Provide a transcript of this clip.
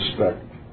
respect